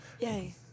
Yay